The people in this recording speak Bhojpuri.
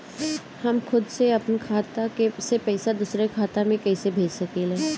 हम खुद से अपना खाता से पइसा दूसरा खाता में कइसे भेज सकी ले?